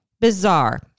bizarre